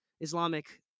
Islamic